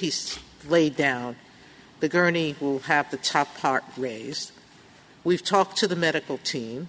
he's laid down the gurney will have the top part raised we've talked to the medical team